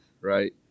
right